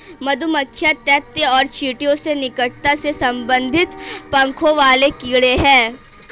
मधुमक्खियां ततैया और चींटियों से निकटता से संबंधित पंखों वाले कीड़े हैं